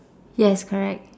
yes correct